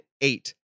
eight